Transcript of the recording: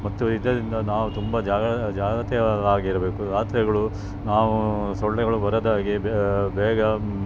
ಮತ್ತು ಇದರಿಂದ ನಾವು ತುಂಬ ಜಾಗ ಜಾಗ್ರತೆ ಆಗಿರಬೇಕು ರಾತ್ರಿಗಳು ನಾವು ಸೊಳ್ಳೆಗಳು ಬರದ ಹಾಗೆ ಬೇಗ